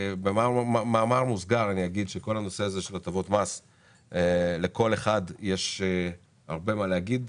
בכל הנושא הזה של הטבות מס יש לכל אחד הרבה מה להגיד,